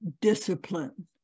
discipline